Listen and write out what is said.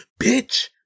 bitch